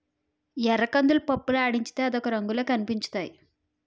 ఎర్రకందులు పప్పులాడించితే అదొక రంగులో కనిపించుతాయి